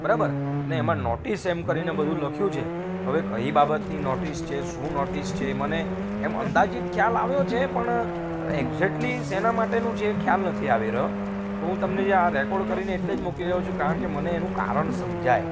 બરાબર અને એમાં નોટિસ એમ કરીને બધું લખ્યું છે તો હવે કઈ બાબતની નોટિસ છે શું નોટિસ છે મને એમ અંદાજીત ખ્યાલ આવ્યો છે પણ એક્ઝેટલી શેના માટેનું છે એ ખ્યાલ નથી આવી રહ્યો તો હું તમને જે આ રેકોર્ડ કરીને એટલે જ મોકલી રહ્યો છું કારણ કે મને એનું કારણ સમજાય